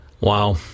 Wow